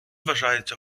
вважається